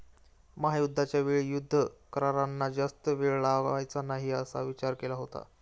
महायुद्धाच्या वेळी युद्ध करारांना जास्त वेळ लावायचा नाही असा विचार केला होता